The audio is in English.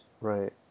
Right